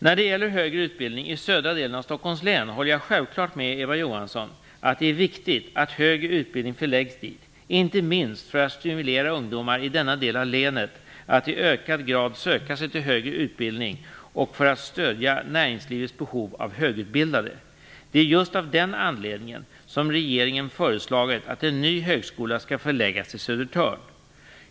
När det gäller högre utbildning i södra delen av Stockholms län håller jag självklart med Eva Johansson att det är viktigt att högre utbildning förläggs dit, inte minst för att stimulera ungdomar i denna del av länet att i ökad grad söka sig till högre utbildning och för att stödja näringslivets behov av högutbildade. Det är just av den anledningen som regeringen föreslagit att en ny högskola skall förläggas till Södertörn.